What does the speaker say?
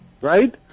right